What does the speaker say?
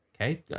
okay